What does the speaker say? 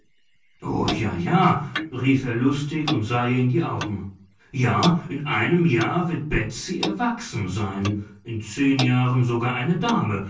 o ja ja rief er lustig und sah ihr in die augen ja in einem jahre wird betsy erwachsen sein in zehn jahren sogar eine dame